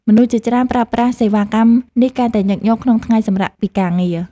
មនុស្សជាច្រើនប្រើប្រាស់សេវាកម្មនេះកាន់តែញឹកញាប់ក្នុងថ្ងៃសម្រាកពីការងារ។